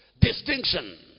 distinction